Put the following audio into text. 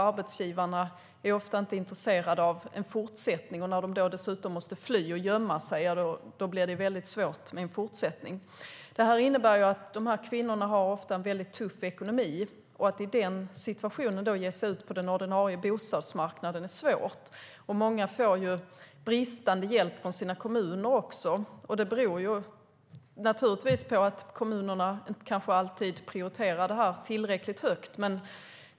Arbetsgivarna är ofta inte intresserade av en fortsättning, och när kvinnorna måste fly och gömma sig blir det svårt att fortsätta att arbeta. Det betyder att dessa kvinnor ofta har en tuff ekonomisk situation, och att då ge sig ut på den ordinarie bostadsmarknaden är svårt. Många får inte heller tillräcklig hjälp av kommunen, vilket naturligtvis beror på att kommunen inte alltid prioriterar det tillräckligt högt.